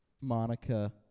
Monica